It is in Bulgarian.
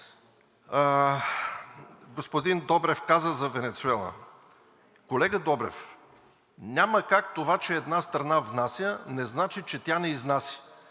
господин Добрев каза за Венецуела. Колега Добрев, няма как това, че една страна внася, не значи, че тя не изнася.